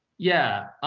yeah.